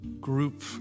group